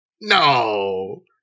No